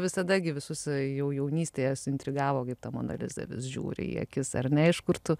visada gi visus jau jaunystėje suintrigavo kaip ta mona liza žiūri į akis ar ne iš kur tu